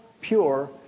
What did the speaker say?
pure